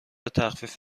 تخفیف